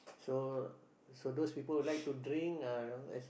so so those people like to drink uh you know as